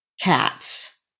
cats